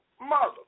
mother